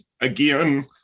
Again